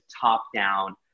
top-down